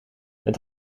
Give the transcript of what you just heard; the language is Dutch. het